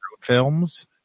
films